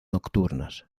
nocturnas